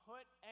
put